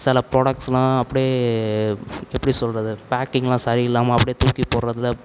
சில ப்ராடக்ட்ஸ் எல்லாம் அப்படியே எப்படி சொல்வது பேக்கிங்கெலாம் சரி இல்லாமல் அப்படியே தூக்கி போடுறதுல